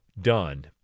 done